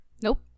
Nope